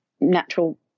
natural